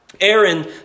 Aaron